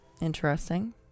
Interesting